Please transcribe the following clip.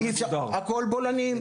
הכל בולענים,